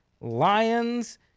Lions